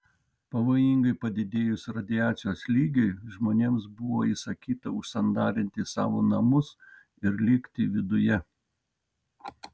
pavojingai padidėjus radiacijos lygiui žmonėms buvo įsakyta užsandarinti savo namus ir likti viduje